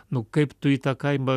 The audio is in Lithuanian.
nu kaip tu į tą kaimą